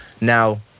Now